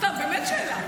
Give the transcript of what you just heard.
סתם, באמת שאלה.